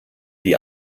die